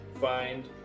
find